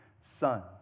Son